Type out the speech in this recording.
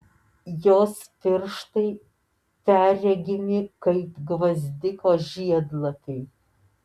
jos pirštai perregimi kaip gvazdiko žiedlapiai